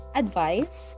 advice